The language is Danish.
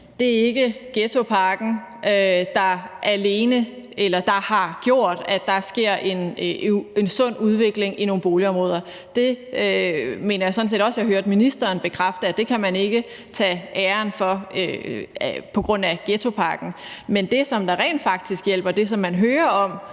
at det ikke er ghettopakken, der har gjort, at der sker en sund udvikling i nogle boligområder. Jeg mener sådan set også, jeg hørte ministeren bekræfte, at det kan man ikke tage æren for på grund af ghettopakken. Men det, der rent faktisk hjælper, og det, som man hører om